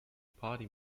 party